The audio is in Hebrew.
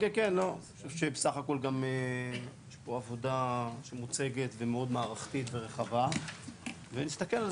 בסך הכול יש פה עבודה מאוד מערכתית ורחבה ונסתכל על